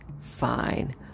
fine